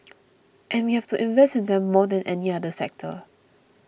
and we have to invest in them more than any other sector